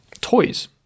toys